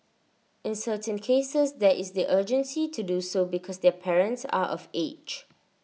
in certain cases there is the urgency to do so because their parents are of age